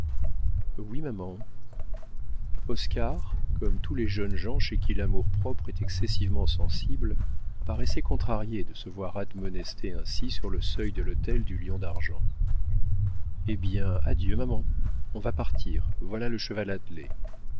oui maman oscar comme tous les jeunes gens chez qui l'amour-propre est excessivement sensible paraissait contrarié de se voir admonester ainsi sur le seuil de l'hôtel du lion d'argent eh bien adieu maman on va partir voilà le cheval